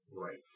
Right